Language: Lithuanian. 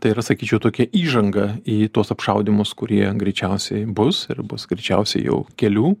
tai yra sakyčiau tokia įžanga į tuos apšaudymus kurie greičiausiai bus ir bus greičiausiai jau kelių